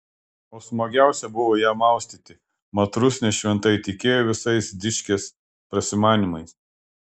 o smagiausia buvo ją maustyti mat rusnė šventai tikėjo visais dičkės prasimanymais